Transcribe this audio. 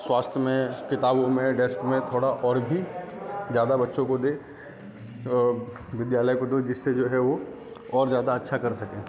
स्वास्थ्य में किताबों में डेस्क में थोड़ा और भी ज़्यादा बच्चों को दे विद्यालय को दे जिससे जो है वह और ज़्यादा अच्छा कर सके